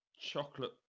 chocolate